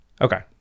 Okay